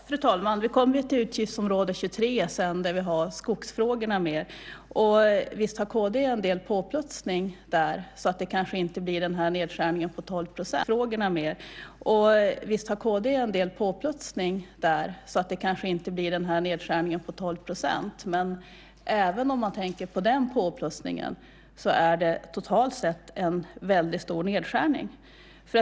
Fru talman! Vi kommer senare till utgiftsområde 23 där skogsfrågorna är med. Visst har kd en del påplussningar där, så det kanske inte blir en nedskärning på 12 %, men även om man tänker på den påplussningen är det totalt sett en väldigt stor nedskärning.